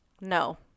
no